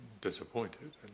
disappointed